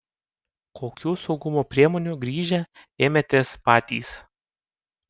kokių saugumo priemonių grįžę ėmėtės patys